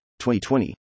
2020